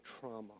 trauma